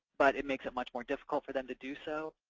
but it makes it much more difficult for them to do so.